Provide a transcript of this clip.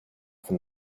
from